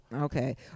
Okay